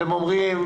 והם אומרים,